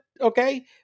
Okay